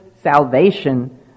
salvation